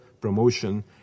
promotion